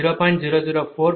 004 j0